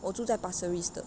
我住在 pasir ris 的